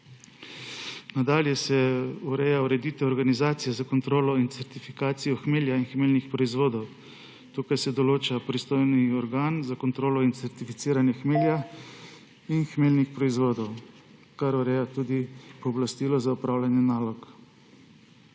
Nadalje se ureja ureditev organizacije za kontrolo in certifikacijo hmelja in hmeljnih proizvodov. Tukaj se določa pristojni organ za kontrolo in certificiranje hmelja in hmeljnih proizvodov, kar ureja tudi pooblastilo za opravljanje nalog.